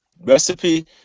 recipe